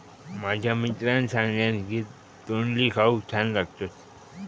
माझ्या मित्रान सांगल्यान की तोंडली खाऊक छान लागतत